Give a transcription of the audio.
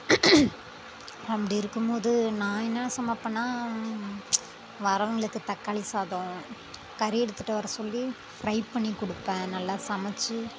அப்படி இருக்கும்போது நான் என்னென்ன சமைப்பேனா வர்றவங்களுக்கு தக்காளி சாதம் கறி எடுத்துகிட்டு வர சொல்லி ஃப்ரை பண்ணி கொடுப்பேன் நல்லா சமைச்சு